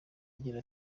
agira